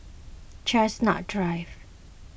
Chestnut Drive